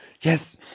Yes